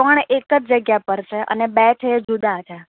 ત્રણ એક જ જગ્યા પર છે અને બે છે એ જુદાં છે